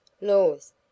Laws